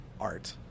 art